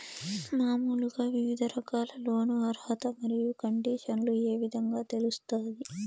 మామూలుగా వివిధ రకాల లోను అర్హత మరియు కండిషన్లు ఏ విధంగా తెలుస్తాది?